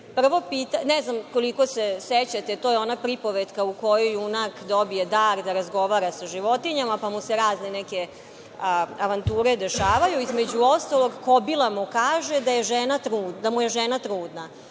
pripovetke. Ne znam koliko se sećate, to je ona pripovetka u kojoj junak dobije dar da razgovara sa životinjama, pa mu se razne neke avanture dešavaju, između ostalog, kobila mu kaže da mu je žena trudna.